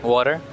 Water